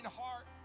heart